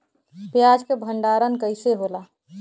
प्याज के भंडारन कइसे होला?